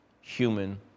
human